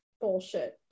bullshit